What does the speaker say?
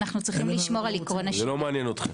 זה לא מעניין אתכם.